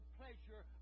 pleasure